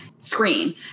screen